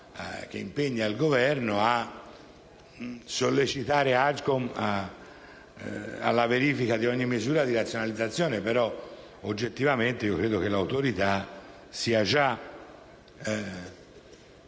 si impegnasse il Governo a sollecitare l'Agcom alla verifica di ogni misura di razionalizzazione, anche se oggettivamente credo che l'Autorità sia già